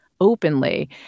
Openly